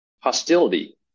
hostility